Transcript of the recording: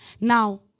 Now